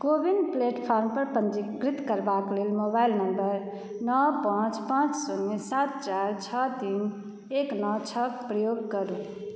को विन प्लेटफार्म पर पंजीकृत करबाक लेल मोबाइल नंबर नओ पाँच पाँच शून्य सात चारि छओ तीन एक नओ छओ के प्रयोग करू